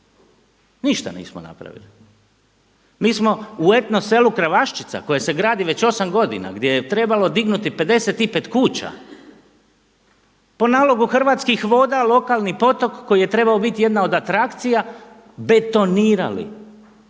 Ništa nismo napravili, mi smo u etno selu kraj Kravaščica koje se gradi već 8 godina gdje je trebalo dignuti 55 kuća po nalogu hrvatskih voda, lokalni potok koji je trebao biti jedna od atrakcija betonirali,